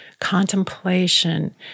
contemplation